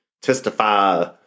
testify